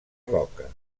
roca